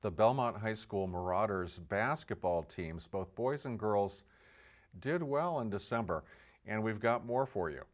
the belmont high school marauders basketball teams both boys and girls did well in december and we've got more for you